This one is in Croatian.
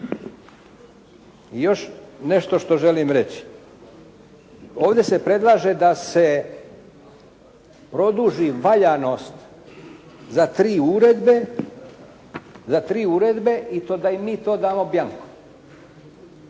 I još nešto što želim reći. Ovdje se predlaže da se produži valjanost za tri uredbe i to da im mi to damo bianco.